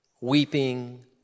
weeping